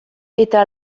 eta